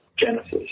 genesis